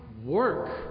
work